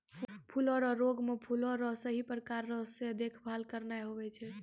फूलो रो रोग मे फूलो रो सही प्रकार से देखभाल करना हुवै छै